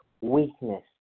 weakness